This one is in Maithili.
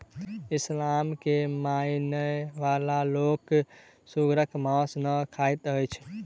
इस्लाम के मानय बला लोक सुगरक मौस नै खाइत अछि